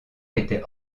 était